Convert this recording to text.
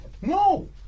No